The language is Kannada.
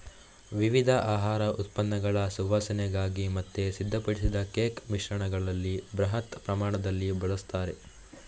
ವಿವಿಧ ಆಹಾರ ಉತ್ಪನ್ನಗಳ ಸುವಾಸನೆಗಾಗಿ ಮತ್ತೆ ಸಿದ್ಧಪಡಿಸಿದ ಕೇಕ್ ಮಿಶ್ರಣಗಳಲ್ಲಿ ಬೃಹತ್ ಪ್ರಮಾಣದಲ್ಲಿ ಬಳಸ್ತಾರೆ